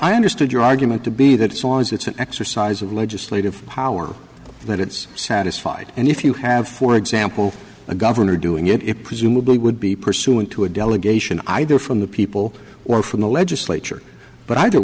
i understood your argument to be that saw as it's an exercise of legislative power that it's satisfied and if you have for example a governor doing it it presumably would be pursuant to a delegation either from the people or from the legislature but either